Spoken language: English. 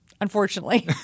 unfortunately